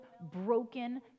broken